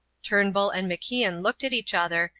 turnbull and macian looked at each other,